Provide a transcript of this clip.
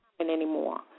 anymore